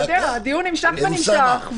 הדיון נמשך.